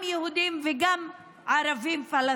גם יהודים וגם ערבים-פלסטינים,